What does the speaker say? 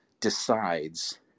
decides